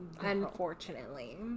unfortunately